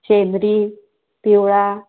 शेंदरी पिवळा